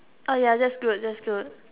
oh ya that's that's good